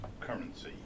currency